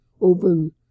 open